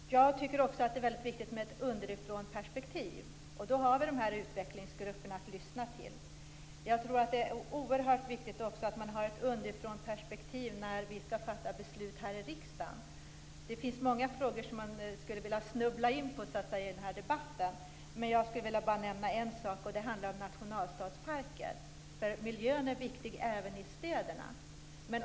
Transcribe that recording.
Jag tycker också att det är viktigt med ett underifrånperspektiv, och då har vi de här utvecklingsgrupperna att lyssna till. Jag tror att det är oerhört viktigt att vi även har ett underifrånperspektiv när vi skall fatta beslut här i riksdagen. Det finns många frågor som man skulle vilja snubbla in på i den här debatten. Jag skulle bara vilja nämna en sak och det handlar om nationalstadsparker. Miljön är ju viktig även i städerna.